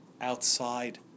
outside